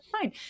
fine